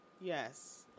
Yes